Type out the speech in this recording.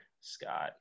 Scott